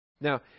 Now